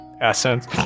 essence